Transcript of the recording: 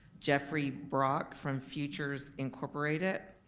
jeffrey brock from futures incorporated,